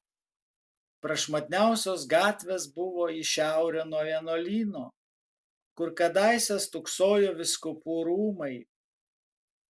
prašmatniausios gatvės buvo į šiaurę nuo vienuolyno kur kadaise stūksojo vyskupų rūmai